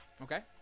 Okay